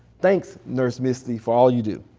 thanks nurse misty for all you do.